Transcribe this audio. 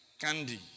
candy